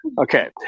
Okay